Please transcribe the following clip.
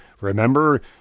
remember